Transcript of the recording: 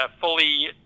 fully